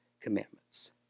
commandments